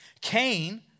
Cain